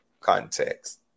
context